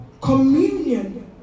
communion